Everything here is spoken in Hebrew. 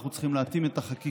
אנחנו צריכים להתאים את החקיקה,